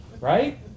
right